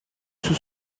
sous